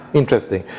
interesting